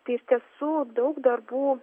tai iš tiesų daug darbų